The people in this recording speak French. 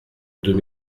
deux